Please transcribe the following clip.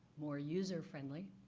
more user friendly,